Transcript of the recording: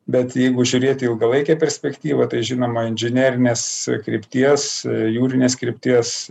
bet jeigu žiūrėt į ilgalaikę perspektyvą tai žinoma inžinerinės krypties jūrinės krypties